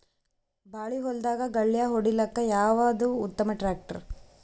ಬಾಳಿ ಹೊಲದಾಗ ಗಳ್ಯಾ ಹೊಡಿಲಾಕ್ಕ ಯಾವದ ಉತ್ತಮ ಟ್ಯಾಕ್ಟರ್?